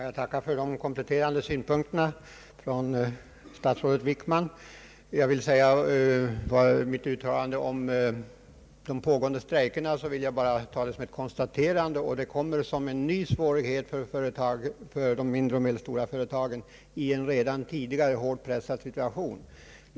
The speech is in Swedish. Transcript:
Herr talman! Jag tackar statsrådet Wickman för dessa kompletterande synpunkter. Mitt uttalande om strejkvågen skall bara tas som ett konstaterande att den kommer som en ny svårighet för de mindre och medelstora företagen i en redan tidigare hårt pressad situation.